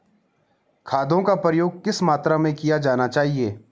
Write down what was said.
खादों का प्रयोग किस मात्रा में किया जाना चाहिए?